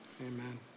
Amen